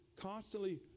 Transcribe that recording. constantly